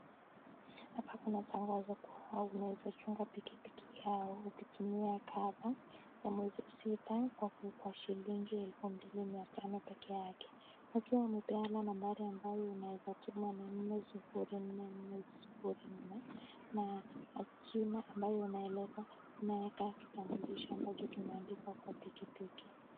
Hapa kuna tangazo kuwa unaweza chunga pikipiki yako ukitumia cover ya miezi sita kwa shilingi elfu mbili mia tano pekee yake, wakiwa wamepeana nambari ambayo unaweza tuma ni nne sufuri, nne nne sufuri nne na majina ambayo inayoleta unaweka kitambulisho ambacho kimeandikwa kwa pikipiki.